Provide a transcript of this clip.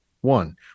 One